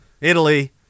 Italy